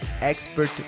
Expert